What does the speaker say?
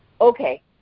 okay